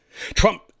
Trump